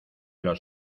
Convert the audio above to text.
los